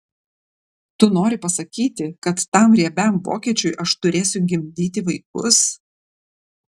tu nori pasakyti kad tam riebiam vokiečiui aš turėsiu gimdyti vaikus